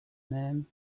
name